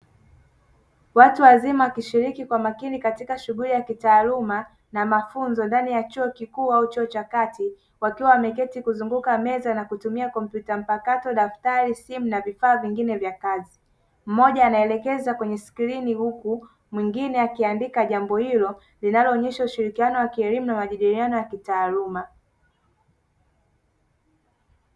Watu wazima wakishiriki kwa makini katika shughuli ya kitaaluma na mafunzo ndani ya chuo kikuu au chuo cha kati wakiwa wameketi kuzunguka meza na kutumia kompyuta mpakato, daftari, simu na vifaa vingine vye kazi. Mmoja anaelekeza kwenye skrini huku mwingine akiandika jambo hilo linaloonyesha ushirikiano wa kielimu na majadiliano ya kitaaluma.